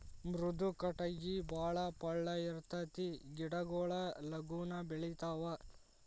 ಮೃದು ಕಟಗಿ ಬಾಳ ಪಳ್ಳ ಇರತತಿ ಗಿಡಗೊಳು ಲಗುನ ಬೆಳಿತಾವ